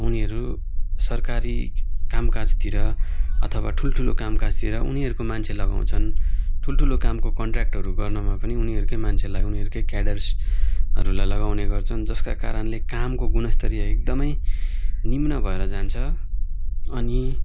उनीहरू सरकारी कामकाजतिर अथवा ठुल्ठुलो कामकाजतिर उनीहरको मान्छे लगाउँछन् ठुल्ठुलो कामको कन्ट्र्याकटहरू गर्नमा पनि उनीहरकै मान्छेलाई उनीहरकै क्याडर्सहरूलाई लगाउने गर्छन् जसका कारणले कामको गुणस्तरीय एकदमै निम्न भएर जान्छ अनि